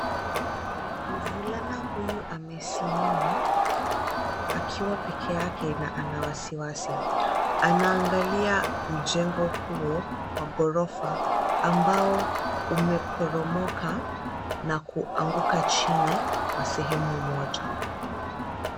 Mvulana huyu amesimama akiwa pekee yake na ana wasiwasi. Anaangalia mjengo huo wa ghorofa ambao umeporomoka na kuanguka chini kwa sehemu moja.